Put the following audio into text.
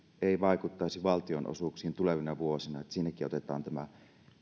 ei vaikuttaisi valtionosuuksiin tulevina vuosina että siinäkin otetaan tämä